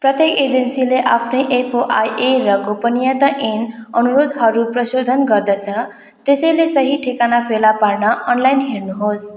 प्रत्येक एजेन्सीले आफ्नै एफ ओ आई ए र गोपनीयता ऐन अनुरोधहरू प्रशोधन गर्दछ त्यसैले सही ठेगाना फेला पार्न अनलाइन हेर्नुहोस्